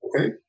Okay